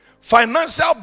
Financial